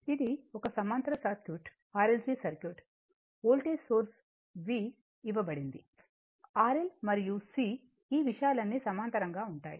ఇది ఒక సమాంతర circuit RLC circuit voltage source V ఇవ్వబడుతుంది R L మరియు C ఈ విషయాలన్నీ సమాంతరంగా ఉంటాయి